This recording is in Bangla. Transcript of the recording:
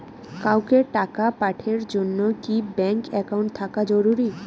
কাউকে টাকা পাঠের জন্যে কি ব্যাংক একাউন্ট থাকা জরুরি?